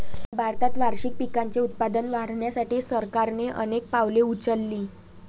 भारतात वार्षिक पिकांचे उत्पादन वाढवण्यासाठी सरकारने अनेक पावले उचलली